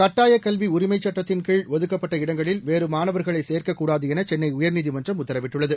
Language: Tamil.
கட்டாயக் கல்வி உரிமைச் சுட்டத்தின்கீழ் ஒதுக்கப்பட்ட இடங்களில் வேறு மாணவர்களை சேர்க்கக் கூடாது என சென்னை உயர்நீதிமன்றம் உத்தரவிட்டுள்ளது